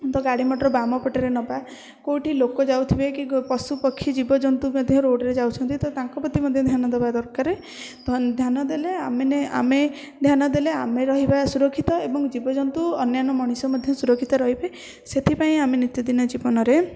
ତ ଗାଡ଼ି ମଟର ବାମ ପଟରେ ନେବା କେଉଁଠି ଲୋକ ଯାଉଥିବେ କି ଗ ପଶୁପକ୍ଷୀ ଜୀବଜନ୍ତୁ ମଧ୍ୟ ରୋଡ଼ରେ ଯାଉଛନ୍ତି ତ ତାଙ୍କ ପ୍ରତି ମଧ୍ୟ ଧ୍ୟାନ ଦେବା ଦରକାର ଧ୍ୟାନ ଦେଲେ ଆମେ ମାନେ ଆମେ ଧ୍ୟାନ ଦେଲେ ଆମେ ରହିବା ସୁରକ୍ଷିତ ଏବଂ ଜୀବଜନ୍ତୁ ଅନ୍ୟାନ୍ୟ ମଣିଷ ମଧ୍ୟ ସୁରକ୍ଷିତ ରହିବେ ସେଥିପାଇଁ ଆମେ ନିତିଦିନିଆ ଜୀବନରେ